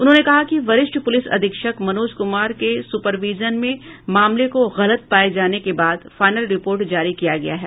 उन्होंने कहा कि वरिष्ठ पुलिस अधीक्षक मनोज कुमार के सुपरविजन में मामले को गलत पाये जाने के बाद फाइनल रिपोर्ट जारी किया गया है